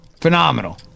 Phenomenal